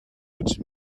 which